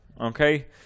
okay